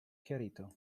chiarito